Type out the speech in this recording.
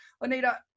Anita